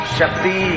Shakti